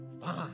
fine